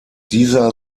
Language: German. dieser